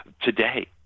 today